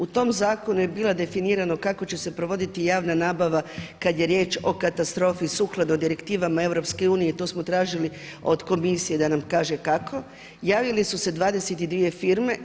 U tom zakonu je bilo definirano kako će se provoditi javna nabava kada je riječ o katastrofi sukladno direktivama EU i to smo tražili od komisije da nam kaže kako, javili su se 22 firme.